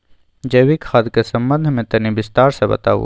जैविक खाद के संबंध मे तनि विस्तार स बताबू?